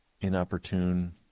inopportune